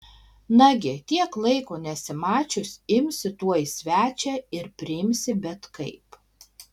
nagi tiek laiko nesimačius imsi tuoj svečią ir priimsi bet kaip